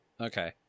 Okay